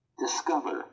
discover